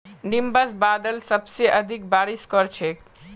nimbus बादल सबसे अधिक बारिश कर छेक